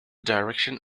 direction